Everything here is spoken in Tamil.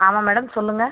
ஆமா மேடம் சொல்லுங்கள்